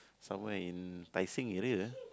somewhere in Tai Seng area ah